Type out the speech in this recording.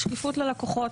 שקיפות ללקוחות.